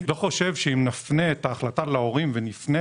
אני לא חושב שאם נפנה את ההחלטה להורים ונדבר